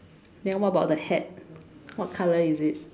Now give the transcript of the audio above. then what about the hat what colour is it